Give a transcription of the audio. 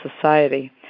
society